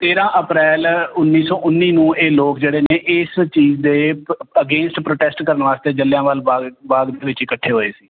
ਤੇਰ੍ਹਾਂ ਅਪ੍ਰੈਲ ਉੱਨੀ ਸੌ ਉੱਨੀ ਨੂੰ ਇਹ ਲੋਕ ਜਿਹੜੇ ਨੇ ਇਸ ਚੀਜ਼ ਦੇ ਅਗੇਂਸਟ ਪ੍ਰੋਟੈਸਟ ਕਰਨ ਵਾਸਤੇ ਜਲਿਆਂ ਵਾਲਾ ਬਾਗ਼ ਬਾਗ਼ ਦੇ ਵਿੱਚ ਇਕੱਠੇ ਹੋਏ ਸੀ